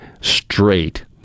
straight